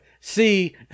See